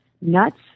Nuts